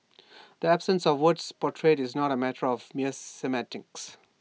the absence of word portrayed is not A matter of mere semantics